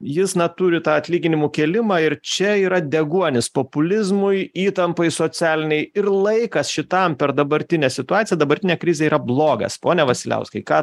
jis na turi tą atlyginimų kėlimą ir čia yra deguonis populizmui įtampai socialinei ir laikas šitam per dabartinę situaciją dabartinę krizę yra blogas pone vasiliauskai ką